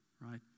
right